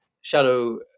shadow